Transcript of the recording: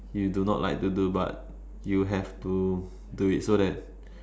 you do not like to do but you have to do it so that